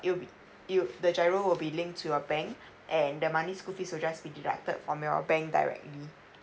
it will be it will the giro will be linked to your bank and the monies school fees will just be deducted from your bank directly